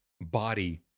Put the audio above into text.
body